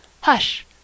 Hush